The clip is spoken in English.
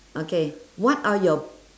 okay what are your